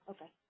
Okay